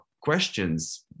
questions